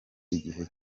igihe